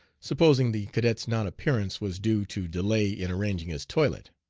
supposing the cadet's non-appearance was due to delay in arranging his toilet.